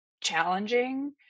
challenging